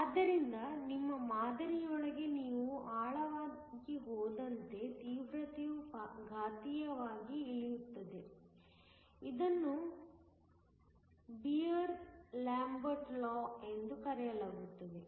ಆದ್ದರಿಂದ ನಿಮ್ಮ ಮಾದರಿಯೊಳಗೆ ನೀವು ಆಳವಾಗಿ ಹೋದಂತೆ ತೀವ್ರತೆಯು ಘಾತೀಯವಾಗಿ ಇಳಿಯುತ್ತದೆ ಇದನ್ನು ಬಿಯರ್ ಲ್ಯಾಂಬರ್ಟ್ ಲಾ ಎಂದು ಕರೆಯಲಾಗುತ್ತದೆ